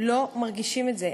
לא מרגישים את זה.